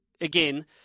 again